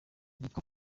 witwa